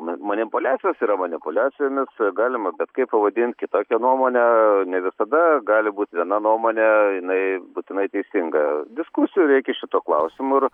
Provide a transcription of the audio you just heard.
na manimpuliacijos yra manipuliacijomis galima bet kaip pavadint kitokią nuomonę ne visada gali būt viena nuomonė jinai būtinai teisinga diskusijų reikia šituo klausimu ir